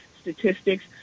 statistics